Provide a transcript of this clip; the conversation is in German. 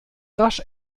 rasch